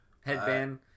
headband